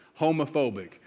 homophobic